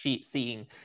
seeing